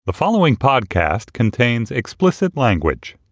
the following podcast contains explicit language